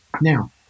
Now